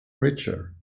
richer